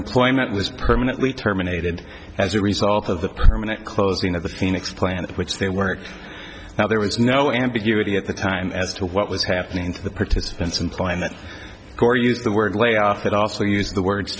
employment was permanently terminated as a result of the permanent closing of the phoenix plant which they work now there was no ambiguity at the time as to what was happening to the participants implying that gore used the word layoff that also used the words